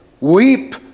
Weep